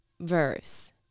verse